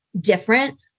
different